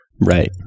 right